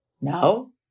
no